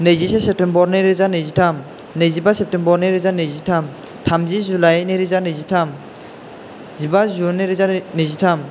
नैजिसे सेप्टेम्बर नै रोजा नैजिथाम नैजिबा सेप्टेम्बर नै रोजा नैजिथाम थामजि जुलाइ नै रोजा नैजिथाम जिबा जुन नै रोजा नैजिथाम